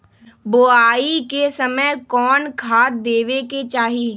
बोआई के समय कौन खाद देवे के चाही?